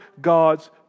God's